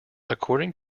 according